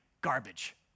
garbage